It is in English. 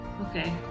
Okay